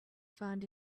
find